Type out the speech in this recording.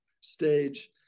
stage